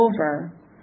over